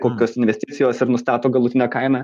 kokios investicijos ir nustato galutinę kainą